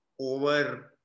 over